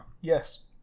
yes